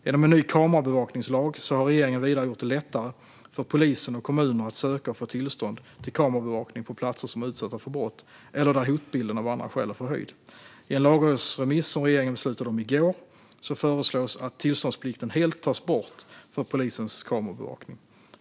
Genom en ny kamerabevakningslag har regeringen vidare gjort det lättare för polisen och kommuner att söka och få tillstånd till kamerabevakning på platser som är utsatta för brott eller där hotbilden av andra skäl är förhöjd. I en lagrådsremiss som regeringen beslutade om i går föreslås att tillståndsplikten helt tas bort för polisens kamerabevakning.